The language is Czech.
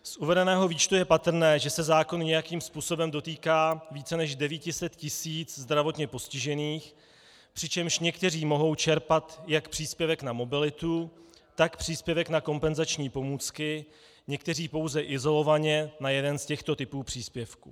Z uvedeného výčtu je patrné, že se zákon nějakým způsobem dotýká více než 900 tisíc zdravotně postižených, přičemž někteří mohou čerpat jak příspěvek na mobilitu, tak příspěvek na kompenzační pomůcky, někteří pouze izolovaně na jeden z těchto typů příspěvku.